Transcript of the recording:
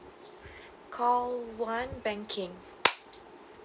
call one banking